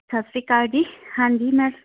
ਸਤਿ ਸ਼੍ਰੀ ਅਕਾਲ ਜੀ ਹਾਂਜੀ ਮੈਂ